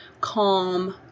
calm